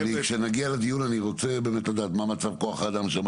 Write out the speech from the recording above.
כשנגיע לדיון אני רוצה באמת לדעת מה מצב כוח האדם שם?